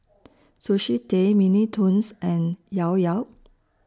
Sushi Tei Mini Toons and Llao Llao